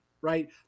right